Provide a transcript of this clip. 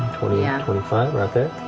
twenty and five, right there?